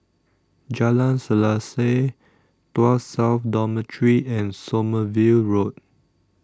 Jalan Selaseh Tuas South Dormitory and Sommerville Road